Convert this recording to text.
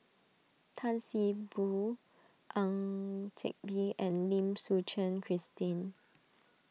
Tan See Boo Ang Teck Bee and Lim Suchen Christine